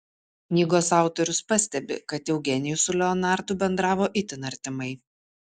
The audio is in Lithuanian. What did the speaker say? knygos autorius pastebi kad eugenijus su leonardu bendravo itin artimai